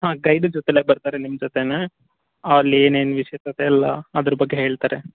ಹಾಂ ಗೈಡ್ ಜೊತೆಯಲ್ಲೇ ಬರ್ತಾರೆ ನಿಮ್ಮ ಜೊತೆಯೇ ಅಲ್ಲಿ ಏನೇನು ವಿಶೇಷತೆ ಎಲ್ಲ ಅದರ ಬಗ್ಗೆ ಹೇಳ್ತಾರೆ